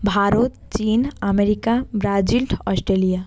ভারত চীন America Brazil Australia